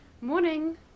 Morning